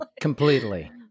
Completely